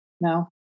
No